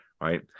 Right